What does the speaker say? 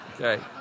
Okay